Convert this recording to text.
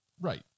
Right